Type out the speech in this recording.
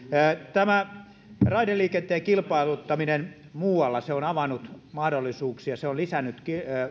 tämä raideliikenteen kilpailuttaminen muualla se on avannut mahdollisuuksia se on lisännyt